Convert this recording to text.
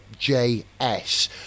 JS